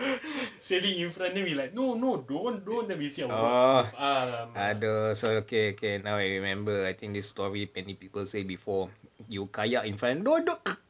orh !aduh! so okay okay now I remember I think this story many people say before you kayak in front don't don't